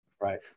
Right